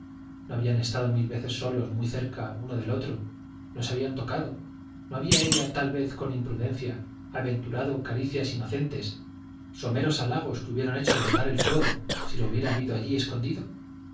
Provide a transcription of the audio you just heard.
habían estado mil veces solos muy cerca uno de otro no se habían tocado no había ella tal vez con imprudencia aventurado caricias inocentes someros halagos que hubieran hecho brotar el fuego si lo hubiera habido allí escondido